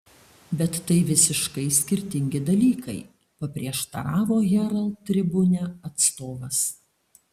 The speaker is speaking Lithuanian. bet tai visiškai skirtingi dalykai paprieštaravo herald tribune atstovas